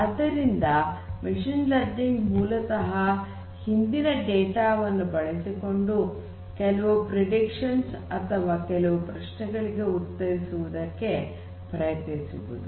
ಆದ್ದರಿಂದ machine learning ಮೂಲತಃ ಹಿಂದಿನ ಡೇಟಾ ವನ್ನು ಬಳಸಿಕೊಂಡು ಕೆಲವು ಪ್ರೆಡಿಕ್ಷನ್ಸ್ ಅಥವಾ ಕೆಲವು ಪ್ರಶ್ನೆಗಳಿಗೆ ಉತ್ತರಿಸುವುದಕ್ಕೆ ಪ್ರಯತ್ನಿಸುವುದು